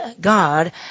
God